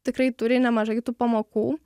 tikrai turi nemažai tų pamokų